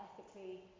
ethically